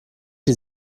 die